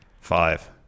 Five